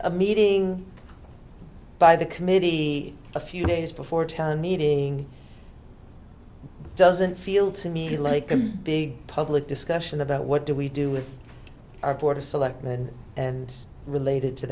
a meeting by the committee a few days before town meeting it doesn't feel to me like a big public discussion about what do we do with our board of selectmen and related to